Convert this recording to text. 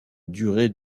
durée